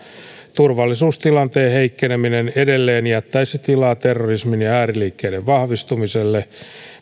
turvallisuustilanteen heikkeneminen edelleen jättäisi tilaa terrorismin ja ääriliikkeiden vahvistumiselle